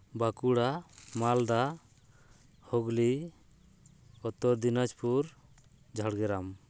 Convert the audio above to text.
Bankura Malda Hooghly Uttar Dinajpur Jhargram